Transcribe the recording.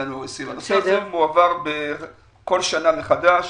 עכשיו זה מועבר בכל שנה מחדש